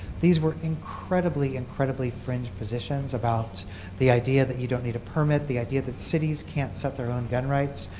these were incredibly, incredibly fringe positions about the idea that you don't need a permit, the idea that cities can't set their own gun rights.